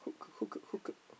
hook hook hook hook hook